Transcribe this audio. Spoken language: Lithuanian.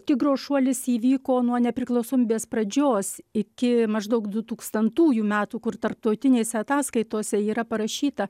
tigro šuolis įvyko nuo nepriklausomybės pradžios iki maždaug du tūkstantųjų metų kur tarptautinėse ataskaitose yra parašyta